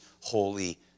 holy